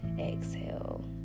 exhale